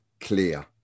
clear